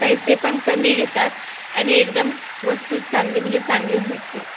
पैसे पण कमी घेतात आणि एकदम वस्तू चांगली म्हणजे चांगलीच भेटते